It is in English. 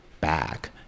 back